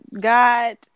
God